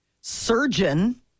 surgeon